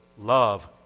love